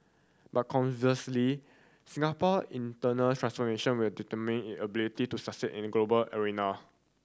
but conversely Singapore internal transformation will determine it ability to succeed in the global arena